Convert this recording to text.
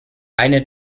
eine